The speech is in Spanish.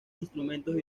instrumentos